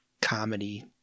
comedy